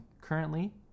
currently